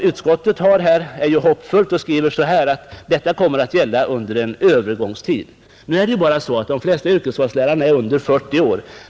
Utskottet är hoppfullt och säger: Detta kommer att gälla under en övergångstid. Nu är de flesta yrkesvalslärare under 40 år.